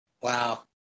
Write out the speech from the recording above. Wow